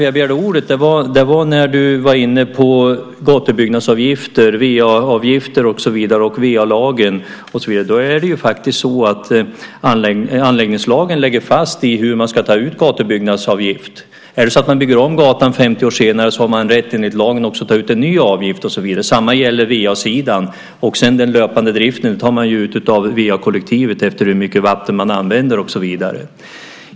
Jag begärde ordet när du började tala om gatubyggnadsavgifter, VA-avgifter, VA-lagen och så vidare. Anläggningslagen lägger fast hur man ska ta ut gatubyggnadsavgift. Om man bygger om gatan efter 50 år har man enligt lagen rätt att ta ut en ny avgift. Detsamma gäller på VA-sidan. Den löpande driften tar man ut av VA-kollektivet efter hur mycket vatten man använder.